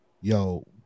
yo